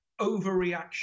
overreaction